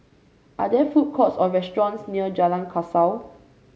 are there food courts or restaurants near Jalan Kasau